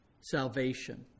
salvation